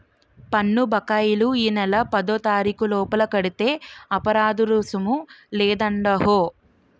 పన్ను బకాయిలు ఈ నెల పదోతారీకు లోపల కడితే అపరాదరుసుము లేదండహో